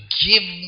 give